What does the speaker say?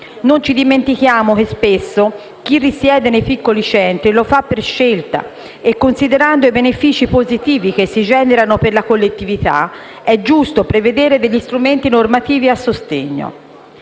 Non ci dimentichiamo che spesso chi risiede nei piccoli centri lo fa per scelta e, considerando i benefici positivi che si generano per la collettività, è giusto prevedere strumenti normativi a sostegno.